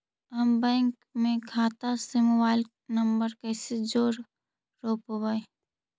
हम बैंक में खाता से मोबाईल नंबर कैसे जोड़ रोपबै?